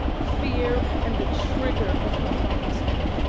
fear and the trigger of her father's gun.